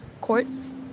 courts